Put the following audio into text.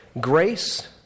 grace